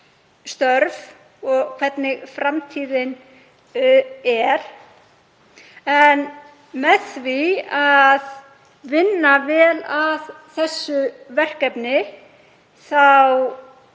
og hvernig framtíðin er. En með því að vinna vel að þessu verkefni er